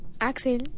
Axel